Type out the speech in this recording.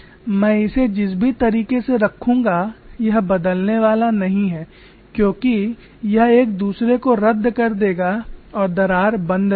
मैं इसे जिस भी तरीके से रखूंगा यह बदलने वाला नहीं है क्योंकि यह एक दूसरे को रद्द कर देगा और दरार बंद रहेगी